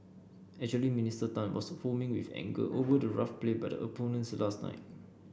actually Minister Tan was foaming with anger over the rough play by the opponents last night